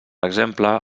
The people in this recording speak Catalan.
exemple